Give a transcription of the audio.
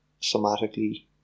somatically